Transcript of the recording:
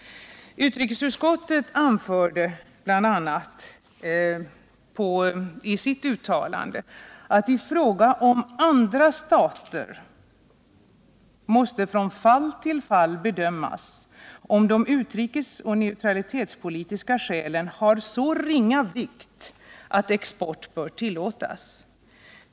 Utrikesutskottet anförde bl.a. följande: ”I fråga om andra stater måste från fall till fall bedömas om de utrikesoch neutralitetspolitiska skälen har så ringa vikt att export bör tillåtas.